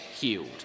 healed